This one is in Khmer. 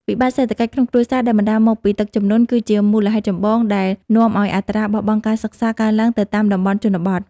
វិបត្តិសេដ្ឋកិច្ចក្នុងគ្រួសារដែលបណ្តាលមកពីទឹកជំនន់ គឺជាមូលហេតុចម្បងដែលនាំឱ្យអត្រាបោះបង់ការសិក្សាកើនឡើងនៅតាមតំបន់ជនបទ។